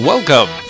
Welcome